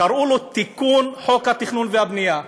קראו לו תיקון חוק התכנון והבנייה,